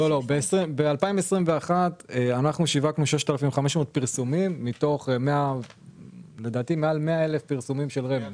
ב-2021 שיווקנו 6,500 פרסומים מתוך מעל 100,000 פרסומים של רמ"י.